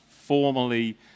formally